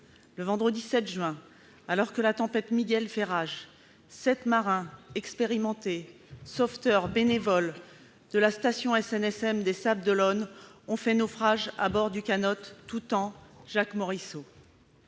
Le vendredi 7 juin, alors que la tempête Miguel fait rage, sept marins expérimentés, sauveteurs bénévoles de la station SNSM des Sables-d'Olonne, ont fait naufrage à bord du canot tout temps.